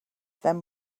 then